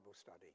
study